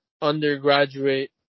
undergraduate